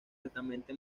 altamente